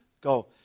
go